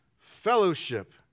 fellowship